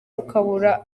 ukabura